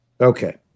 Okay